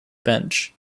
bench